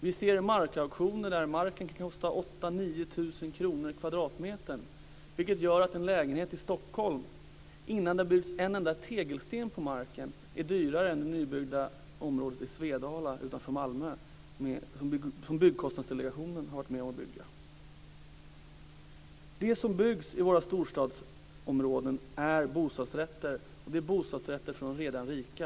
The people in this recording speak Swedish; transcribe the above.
Vi ser markauktioner där marken kostar 8 000 9 000 kr per kvadratmeter, vilket gör att en lägenhet i Stockholm, innan det byggts en enda tegelsten på marken, är dyrare än det nybyggda området i Svedala utanför Malmö, som byggkostnadsdelegationen har varit med om att bygga. Det som byggs i våra storstadsområden är bostadsrätter, och det är bostadsrätter för de redan rika.